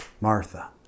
Martha